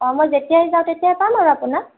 অঁ মই যেতিয়াই যাওঁ তেতিয়াই পাম আৰু আপোনাক